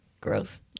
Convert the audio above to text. Gross